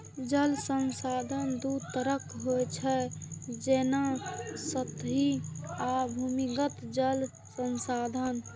जल संसाधन दू तरहक होइ छै, जेना सतही आ भूमिगत जल संसाधन